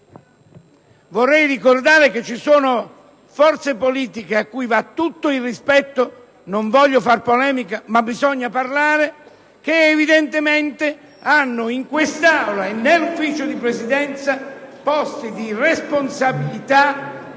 Vorrei ricordare che ci sono forze politiche, alle quali va tutto il rispetto - non voglio far polemica, ma bisogna parlare - che hanno evidentemente in quest'Aula e nel Consiglio di Presidenza posti di responsabilità